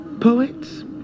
poets